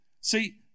See